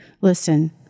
listen